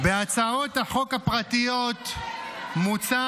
בהצעות החוק הפרטיות ----- אלוהים ----- מוצע